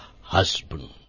husband